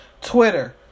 Twitter